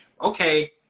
okay